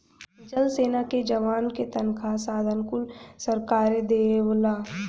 जल सेना के जवान क तनखा साधन कुल सरकारे देवला